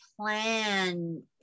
plan